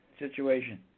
situation